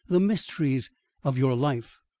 the mysteries of your life.